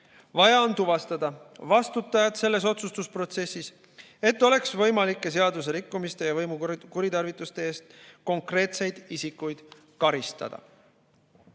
Vaja on tuvastada vastutajad selles otsustusprotsessis, et oleks võimalik seaduserikkumiste ja võimu kuritarvituste eest konkreetseid isikuid karistada.